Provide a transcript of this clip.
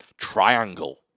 Triangle